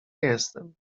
jestem